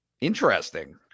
interesting